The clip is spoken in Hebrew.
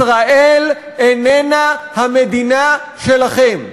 ישראל איננה המדינה שלכם.